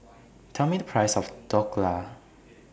Tell Me The Price of Dhokla